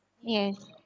yes